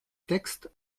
texte